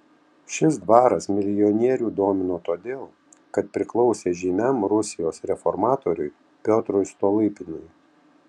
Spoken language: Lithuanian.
šis dvaras milijonierių domino todėl kad priklausė žymiam rusijos reformatoriui piotrui stolypinui